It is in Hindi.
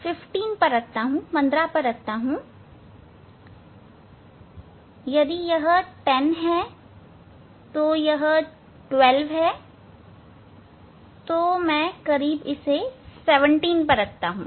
मैं इस लेंस को 15 पर रखता हूं यदि यह 10 है तो यह 12 है तो मैं इसे करीब 17 पर रखता हूं